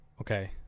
Okay